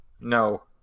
no